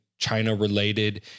China-related